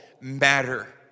matter